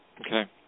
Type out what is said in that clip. Okay